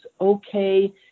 okay